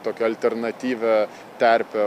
tokią alternatyvią terpę